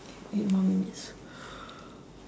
eight more minutes